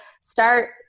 start